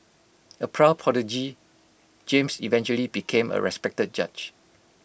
A proud prodigy James eventually became A respected judge